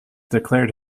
declared